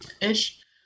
ish